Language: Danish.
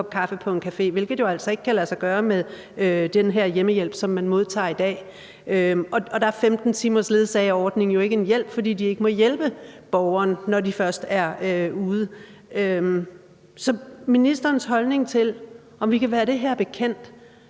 kaffe på en café, hvilket jo altså ikke kan lade sig gøre med den her hjemmehjælp, som man modtager i dag? Der er 15 timers ledsagerordning jo ikke en hjælp, fordi de ikke må hjælpe borgeren, når de først er ude. Så jeg vil gerne høre ministerens holdning til, om vi kan være det her bekendt;